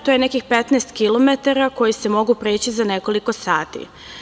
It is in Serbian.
To je nekih 15 kilometara koji se mogu preći za nekoliko sati.